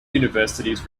universities